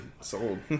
Sold